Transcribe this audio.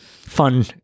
fun